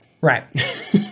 Right